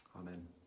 Amen